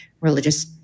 religious